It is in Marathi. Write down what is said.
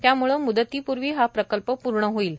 त्यामुळे मुदतीपूर्वी हा प्रकल्प पूर्ण होईल